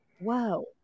Whoa